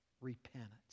Repentance